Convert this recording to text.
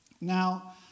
Now